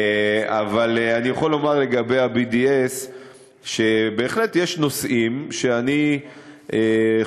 אבל אני יכול לומר לגבי ה-BDS שבהחלט יש נושאים שאני חושב